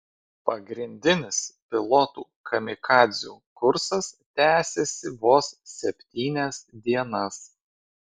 pagrindinis pilotų kamikadzių kursas tęsėsi vos septynias dienas